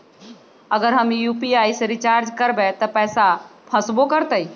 अगर हम यू.पी.आई से रिचार्ज करबै त पैसा फसबो करतई?